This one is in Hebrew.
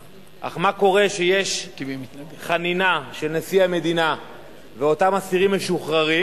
אך מה קורה כשיש חנינה של נשיא המדינה ואותם אסירים משוחררים?